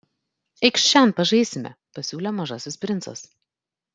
eikš šen pažaisime pasiūlė mažasis princas